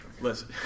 Listen